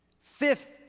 Fifth